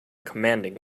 commanding